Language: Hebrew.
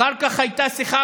אחר כך הייתה שיחה,